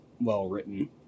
well-written